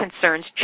concerns